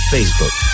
Facebook